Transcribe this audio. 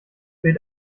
weht